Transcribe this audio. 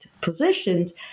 positions